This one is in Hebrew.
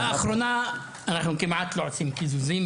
לאחרונה אנחנו כמעט לא עושים קיזוזים.